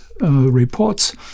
reports